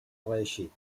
reeixit